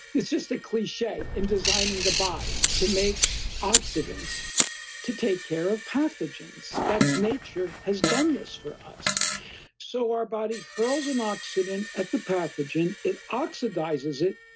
it's just a cliche in designing the body to make oxidants to take care of pathogens. that's, nature has done this for us so our body hurls an oxidant at the pathogen, it oxidizes it,